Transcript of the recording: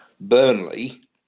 Burnley